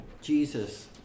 Jesus